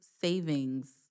savings